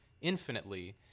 infinitely